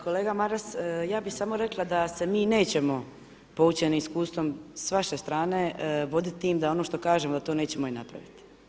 Kolega Maras, ja bi samo rekla da se mi nećemo poučeni iskustvom s vaše strane, voditi tim da ono što kažemo da to nećemo i napraviti.